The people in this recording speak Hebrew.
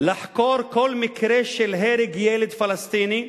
לחקור כל מקרה של הרג ילד פלסטיני,